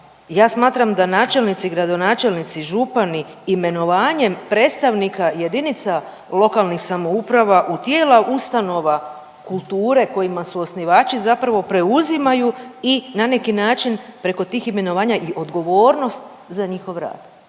ja smatram da načelnici, gradonačelnici i župani imenovanjem predstavnika jedinica lokalnih samouprava u tijela ustanova kulture kojima su osnivači zapravo preuzimaju i na neki način preko tih imenovanja i odgovornost za njihov rad.